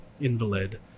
invalid